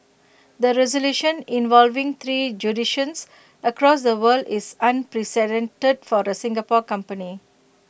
the resolution involving three jurisdictions across the world is unprecedented for the Singapore company